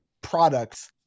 products